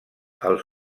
els